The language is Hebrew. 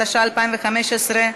התשע"ה 2015,